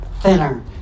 thinner